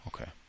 okay